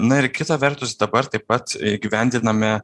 na ir kita vertus dabar taip pat įgyvendiname